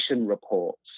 reports